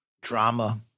drama